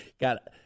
Got